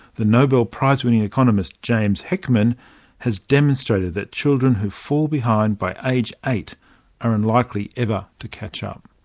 the nobel prize-winning economist james heckman has demonstrated that children who fall behind by age eight are unlikely ever to catch up.